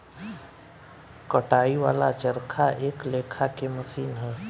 कताई वाला चरखा एक लेखा के मशीन ह